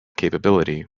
capability